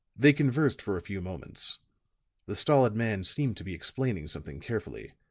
they conversed for a few moments the stolid man seemed to be explaining something carefully,